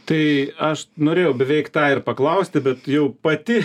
tai aš norėjau beveik tą ir paklausti bet tu jau pati